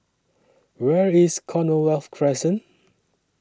Where IS Commonwealth Crescent